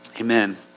Amen